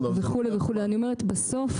בסוף,